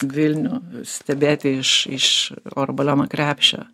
vilnių stebėti iš iš oro baliono krepšio